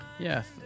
Yes